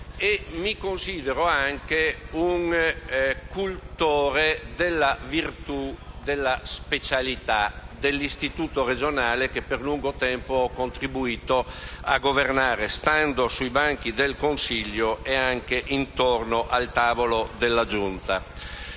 regionalista e anche un cultore della virtù della specialità dell'istituto regionale, che per lungo tempo ho contribuito a governare, stando sui banchi del Consiglio e anche intorno al tavolo della Giunta.